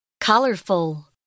Colorful